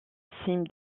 cime